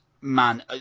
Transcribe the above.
man